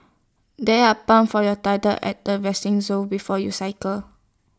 there are pumps for your tyres at the resting zone before you cycle